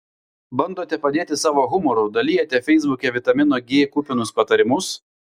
bandote padėti savo humoru dalijate feisbuke vitamino g kupinus patarimus